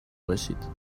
باشید